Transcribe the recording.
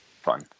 fun